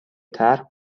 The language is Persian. طرح